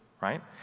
right